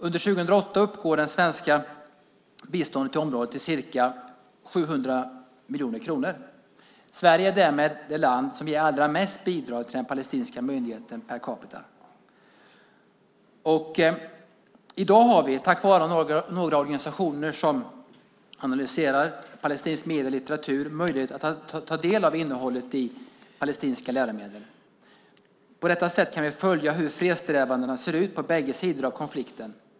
Under 2008 uppgår det svenska biståndet till området till ca 700 miljoner kronor. Sverige är därmed det land som ger allra mest bidrag till den palestinska myndigheten per capita. I dag har vi tack vare några organisationer som analyserar palestinska medier och litteratur möjlighet att ta del av innehållet i palestinska läromedel. På detta sätt kan vi följa hur fredssträvandena ser ut på bägge sidor av konflikten.